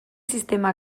sistema